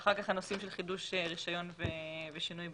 אחר כך הנושאים של חידוש רישיון ושינוי בעלות.